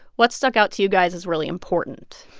what stuck out to you guys as really important?